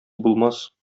булмас